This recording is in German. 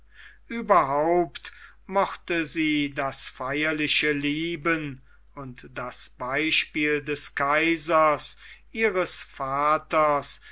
ueberhaupt mochte sie das feierliche lieben und das beispiel des kaisers ihres vaters